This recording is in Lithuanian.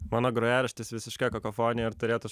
mano grojaraštis visiška kakofonija ir turėtų